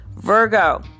Virgo